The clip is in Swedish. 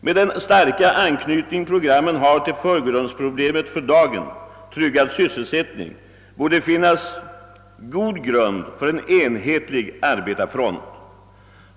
Med den starka anknytning programmen har till förgrundsproblemet för dagen — tryggad sysselsättning — borde det finnas god grund för en enhetlig arbetarfront.